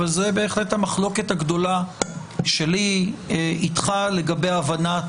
אבל זו בהחלט המחלוקת הגדולה שלי איתך לגבי הבנת